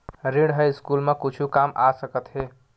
ऋण ह स्कूल मा कुछु काम आ सकत हे?